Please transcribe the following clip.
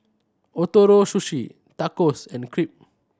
Ootoro Sushi Tacos and Crepe